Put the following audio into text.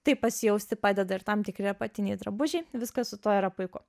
taip pasijausti padeda ir tam tikri apatiniai drabužiai viskas su tuo yra puiku